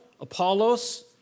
Apollos